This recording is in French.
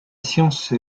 science